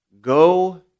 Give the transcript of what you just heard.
go